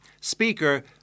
Speaker